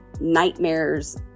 nightmares